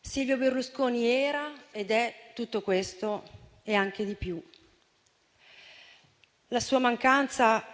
Silvio Berlusconi era, ed è, tutto questo e anche di più. La sua mancanza